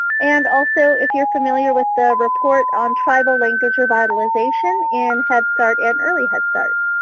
and also if you're familiar with the report on tribal language revitalization in head start and early head start?